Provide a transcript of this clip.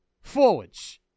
forwards